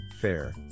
fair